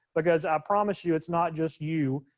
because i promise you, it's not just you,